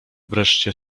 wreszcie